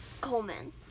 Coleman